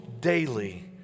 daily